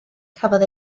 cafodd